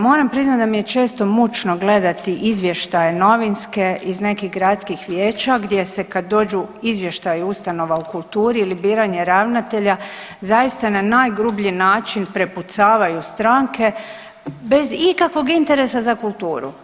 Moram priznat da mi je često mučno gledati izvještaje novinske iz nekih gradskih vijeća gdje se kad dođu izvještaji ustanova o kulturi ili biranje ravnatelja zaista na najgrublji način prepucavaju stranke bez ikakvog interesa za kulturu.